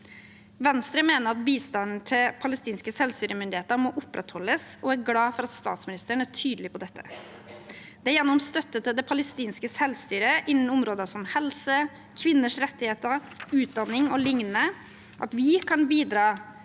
Venstre mener at bistanden til palestinske selvstyremyndigheter må opprettholdes, og er glad for at statsministeren er tydelig på dette. Det er gjennom støtte til det palestinske selvstyret innen områder som helse, kvinners rettigheter, utdanning o.l. at vi kan bidra